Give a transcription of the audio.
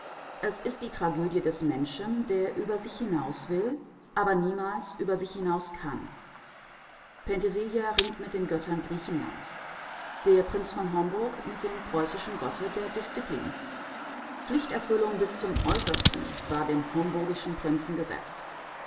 es ist die tragödie des menschen der über sich hinaus will aber niemals über sich hinaus kann penthesilea ringt mit den göttern griechenlands der prinz von homburg mit dem preußischen gotte der disziplin pflichterfüllung bis zum äußersten war dem homburgischen prinzen gesetzt